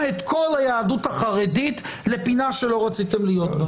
את כל היהדות החרדית לפינה שלא רציתם להיות בה,